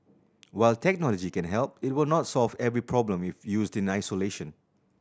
while technology can help it will not solve every problem if used in isolation